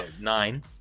nine